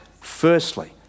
firstly